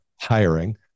hiring